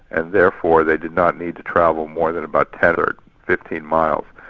and therefore they did not need to travel more than about ten or fifteen miles,